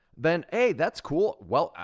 then hey, that's cool. well,